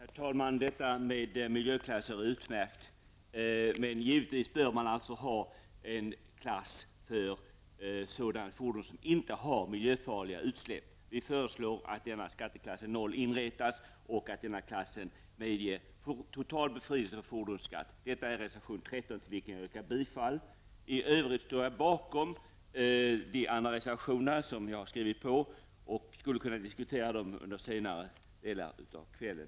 Herr talman! Detta med miljöklasser är utmärkt, men givetvis bör man även ha en klass för sådana fordon som inte har miljöfarliga utsläpp. Vi föreslår att denna skatteklass noll inrättas, och att denna klass medger total befrielse från fordonsskatt. Detta handlar reservation 13 om, till vilken jag yrkar bifall. I övrigt står jag bakom de andra reservationer som jag har skrivit på. Jag skulle kunna diskutera dem under senare delen av kvällen.